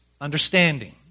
understanding